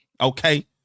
okay